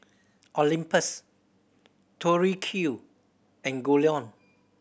Olympus Tori Q and Goldlion